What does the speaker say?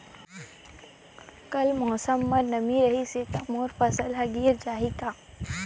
कल मौसम म नमी रहिस हे त मोर फसल ह गिर जाही का?